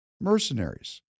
Mercenaries